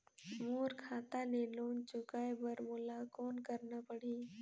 मोर खाता ले लोन चुकाय बर मोला कौन करना पड़ही?